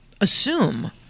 assume